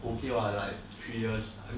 okay !wah! like three years